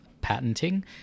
patenting